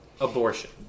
Abortion